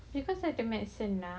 because of the medicine ah